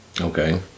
okay